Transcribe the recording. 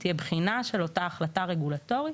תהיה בחינה של אותה החלטה רגולטורית